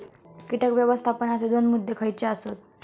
कीटक व्यवस्थापनाचे दोन मुद्दे खयचे आसत?